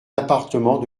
appartements